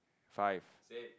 five